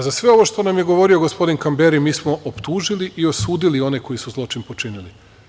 Za sve ovo što nam je govorio gospodin Kamberi mi smo optužili i osudili one koji su zločin počinili.